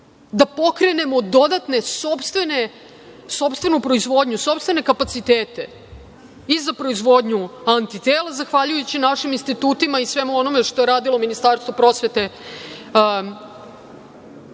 da pokrenemo dodatno sopstvenu proizvodnju, sopstvene kapacitete, i za proizvodnju antitela zahvaljujući našim institutima i svemu onome što je radilo Ministarstvo prosvete